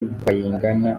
bayingana